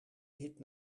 hit